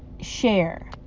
share